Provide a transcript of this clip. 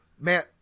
man